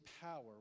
power